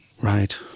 Right